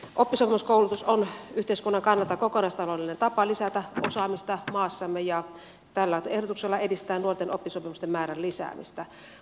oppisopimuskoulutus on yhteiskunnan kannalta kokonaistaloudellinen tapa lisätä osaamista maassamme ja tällä ehdotuksella edistetään nuorten oppisopimusten määrän lisäämistä